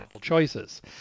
choices